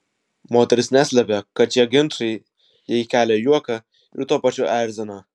moteris neslepia kad šie ginčai jai kelia juoką ir tuo pačiu erzina